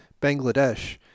Bangladesh